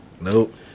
Nope